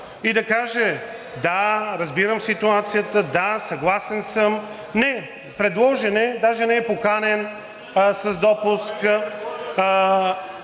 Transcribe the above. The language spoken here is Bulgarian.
и да каже – да, разбирам ситуацията. Да, съгласен съм. Не, предложен, даже не е поканен с допуск